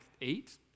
eight